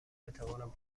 بتوانم